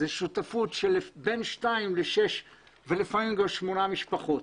זאת שותפות של בין שתיים לשש ולפעמים גם שמונה משפחות.